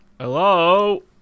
Hello